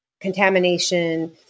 contamination